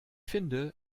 finde